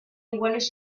iguales